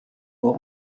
aux